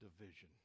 division